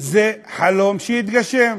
זה חלום שהתגשם,